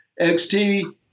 XT